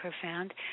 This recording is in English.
profound